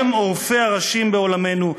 מי הם עורפי הראשים בעולמנו?